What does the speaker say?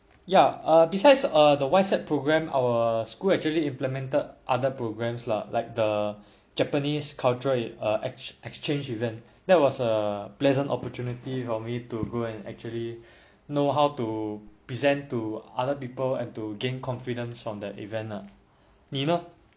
ya err besides the Whysapp program our school actually implemented other programs lah like the japanese culture uh exch~ exchange event that was a pleasant opportunity for me to go and actually know how to present to other people and to gain confidence from the event ah 你呢